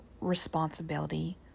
responsibility